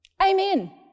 Amen